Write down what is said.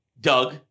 Doug